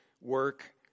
work